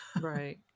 Right